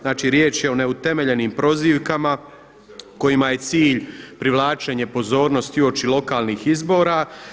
Znači riječ je o neutemeljenim prozivkama kojima je cilj privlačenje pozornosti uoči lokalnih izbora.